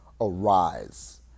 arise